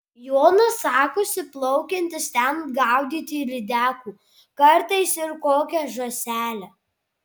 jonas sakosi plaukiantis ten gaudyti lydekų kartais ir kokią žąselę